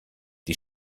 die